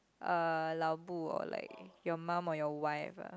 uh lao-bu or like your mum or your wife ah